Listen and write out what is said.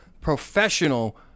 Professional